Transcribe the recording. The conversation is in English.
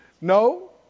no